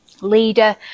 leader